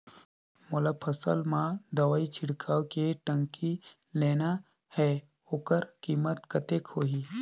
मोला फसल मां दवाई छिड़काव के टंकी लेना हे ओकर कीमत कतेक होही?